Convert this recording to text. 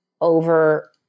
over